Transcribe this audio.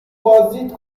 بازدید